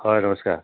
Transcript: হয় নমস্কাৰ